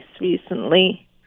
recently